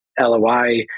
LOI